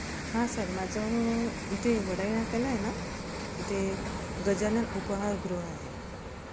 हा सर माझं इथे वडाई नाक्याला आहे ना इथे गजानन उपाहारगृह आहे